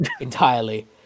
entirely